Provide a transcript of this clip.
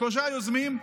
שלושת היוזמים,